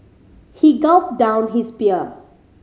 he gulped down his beer